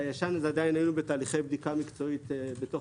בישן עדין היינו בתהליכי בדיקה מקצועית בתוך